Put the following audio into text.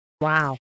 Wow